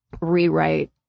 rewrite